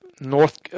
North